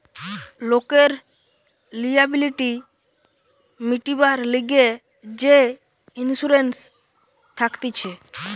লোকের লিয়াবিলিটি মিটিবার লিগে যে ইন্সুরেন্স থাকতিছে